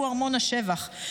והוא ארמון השבח.